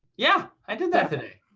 yeah! i did that today.